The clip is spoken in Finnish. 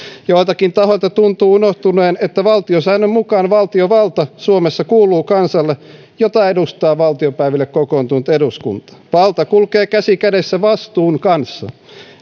joiltakin tahoilta tuntuu unohtuneen että valtiosäännön mukaan valtiovalta suomessa kuuluu kansalle jota edustaa valtiopäiville kokoontunut eduskunta valta kulkee käsi kädessä vastuun kanssa